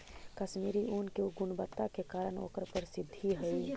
कश्मीरी ऊन के गुणवत्ता के कारण ओकर प्रसिद्धि हइ